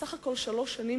בסך הכול שלוש שנים,